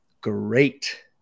great